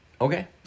okay